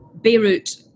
Beirut